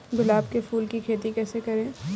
गुलाब के फूल की खेती कैसे करें?